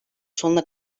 sonuna